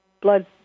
blood